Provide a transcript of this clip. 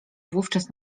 wówczas